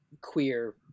queer